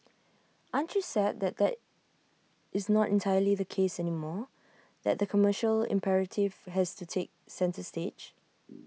aren't you sad that that is not entirely the case anymore that the commercial imperative has to take centre stage